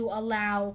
allow